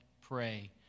pray